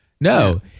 No